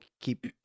keep